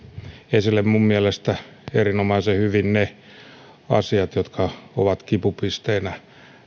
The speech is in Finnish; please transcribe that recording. esille minun mielestäni erinomaisen hyvin ne asiat jotka ovat kipupisteenä